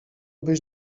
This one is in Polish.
byś